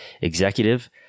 executive